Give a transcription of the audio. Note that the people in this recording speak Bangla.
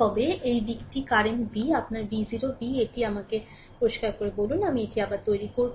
তবে এই দিকটি কারেন্ট V আপনার v 0 v এটি আমাকে সাফ করুন আমি এটি আবার তৈরি করব